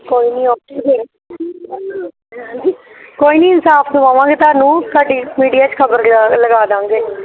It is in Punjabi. ਕੋਈ ਨਹੀਂ ਕੋਈ ਨਹੀਂ ਇਨਸਾਫ ਦਵਾਵਾਂਗੇ ਤੁਹਾਨੂੰ ਤੁਹਾਡੀ ਮੀਡੀਆ 'ਚ ਖਬਰ ਲਗ ਲਗਾ ਦਾਂਗੇ